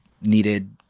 needed